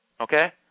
Okay